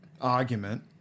argument